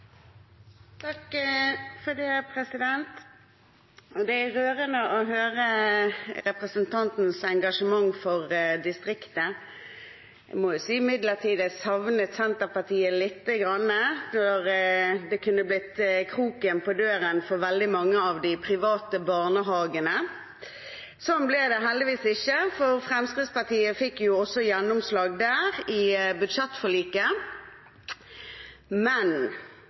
rørende å høre representantens engasjement for distriktet. Imidlertid må jeg si at jeg savnet Senterpartiet lite grann før det kunne ha blitt kroken på døren for veldig mange av de private barnehagene. Sånn ble det heldigvis ikke, for Fremskrittspartiet fikk også gjennomslag der i budsjettforliket. Men